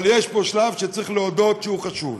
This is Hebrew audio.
אבל יש פה שלב שצריך להודות שהוא חשוב,